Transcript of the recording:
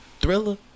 Thriller